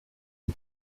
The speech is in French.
une